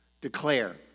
declare